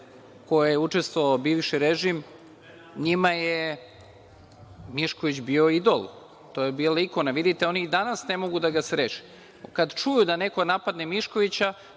kojoj je učestvovao bivši režim, njima je Mišković bio idol, to je bila ikona. Vidite, oni i danas ne mogu da ga se reše. Kad čuju da neko napadne Miškovića,